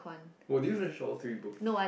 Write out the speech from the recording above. oh did you finish all three books